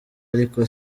ariko